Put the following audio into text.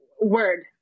word